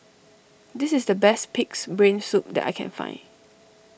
this is the best Pig's Brain Soup that I can find